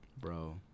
Bro